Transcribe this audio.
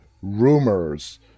rumors